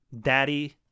Daddy